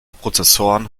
prozessoren